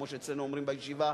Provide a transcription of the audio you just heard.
כמו שאצלנו אומרים בישיבה,